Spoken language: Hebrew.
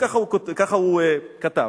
וכך הוא כתב: